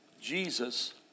Jesus